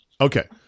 Okay